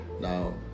Now